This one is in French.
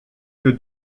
que